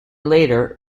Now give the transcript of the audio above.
later